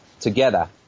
together